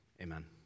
Amen